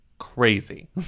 crazy